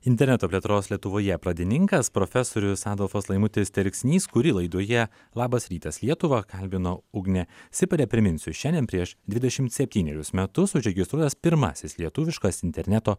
interneto plėtros lietuvoje pradininkas profesorius adolfas laimutis telksnys kurį laidoje labas rytas lietuva kalbino ugnė siparė priminsiu šiandien prieš dvidešimt septynerius metus užregistruotas pirmasis lietuviškas interneto